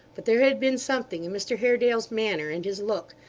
but there had been something in mr haredale's manner and his look,